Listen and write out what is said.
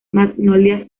magnolia